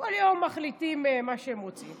שכל יום מחליטים מה שהם רוצים.